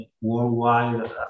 worldwide